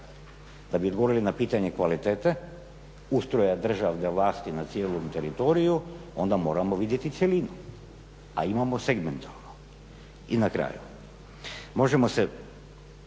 Da bi odgovorili na pitanje kvalitete ustroja državne vlasti na cijelom teritoriju onda moramo vidjeti cjelinu, a imamo segmentualno. I na kraju, možemo se